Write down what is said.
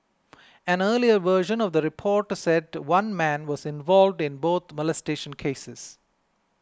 an earlier version of the report said one man was involved in both molestation cases